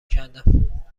کندم